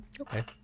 Okay